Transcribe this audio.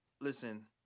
listen